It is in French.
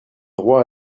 droit